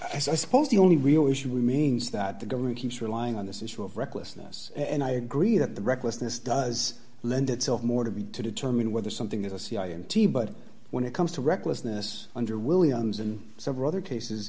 i suppose the only real we should we means that the government keeps relying on this issue of recklessness and i agree that the recklessness does lend itself more to me to determine whether something is a c i n t but when it comes to recklessness under williams and several other cases